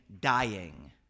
dying